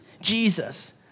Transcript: Jesus